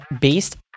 based